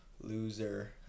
loser